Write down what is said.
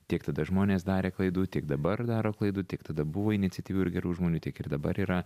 tiek tada žmonės darė klaidų tiek dabar daro klaidų tiek tada buvo iniciatyvių ir gerų žmonių tiek ir dabar yra